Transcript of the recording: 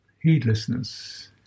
heedlessness